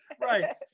Right